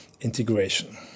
integration